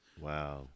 Wow